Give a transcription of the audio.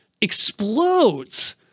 explodes